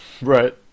right